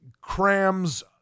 crams